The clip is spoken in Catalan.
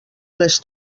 les